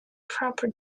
proper